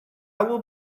will